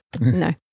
No